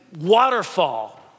waterfall